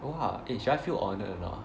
!wah! eh should I feel honoured or not